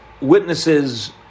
witnesses